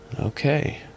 Okay